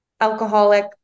alcoholic